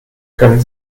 können